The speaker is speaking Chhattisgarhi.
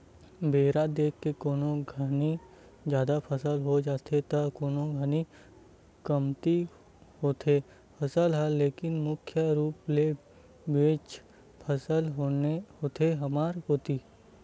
बेरा देख के कोनो घानी जादा फसल हो जाथे त कोनो घानी कमती होथे फसल ह लेकिन मुख्य रुप ले बनेच फसल होथे हमर कोती